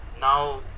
now